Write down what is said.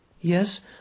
Yes